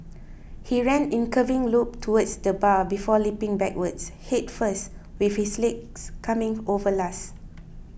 he ran in curving loop towards the bar before leaping backwards head first with his legs coming over last